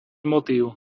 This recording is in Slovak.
motív